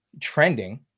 trending